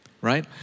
Right